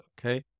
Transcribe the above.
Okay